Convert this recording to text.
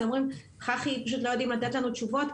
אז הם אומרים: בחח"י פשוט לא יודעים לתת לנו תשובות,